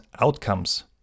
outcomes